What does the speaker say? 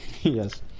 yes